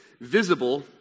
visible